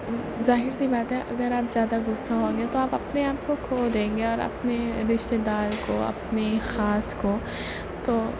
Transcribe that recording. ظاہر سی بات ہے اگر آپ زیادہ غصہ ہوں گے تو آپ اپنے آپ کو کھو دیں گے اور اپنے رشتے دار کو اپنے خاص کو تو